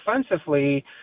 offensively